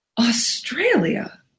Australia